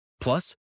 Plus